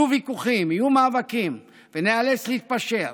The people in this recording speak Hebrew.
יהיו ויכוחים, יהיו מאבקים וניאלץ להתפשר,